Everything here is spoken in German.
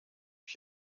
ich